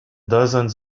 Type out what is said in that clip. dozens